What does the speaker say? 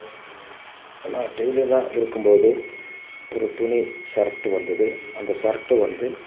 நான் டெய்லராக இருக்கும் போது ஒரு துணி ஷர்ட்டு வந்துது அந்த ஷர்ட்டு